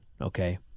Okay